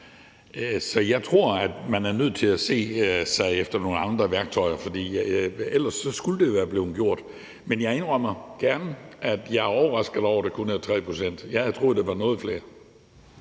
Så jeg tror, at man er nødt til at se sig om efter nogle andre værktøjer, for ellers skulle det jo være blevet gjort. Men jeg indrømmer gerne, at jeg er overrasket over, at det kun er 3 pct. Jeg havde troet, det var noget mere.